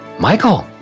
Michael